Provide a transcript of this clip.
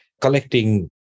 collecting